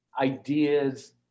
ideas